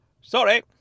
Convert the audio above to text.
Sorry